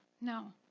No